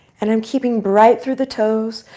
and i'm keeping bright through the toes,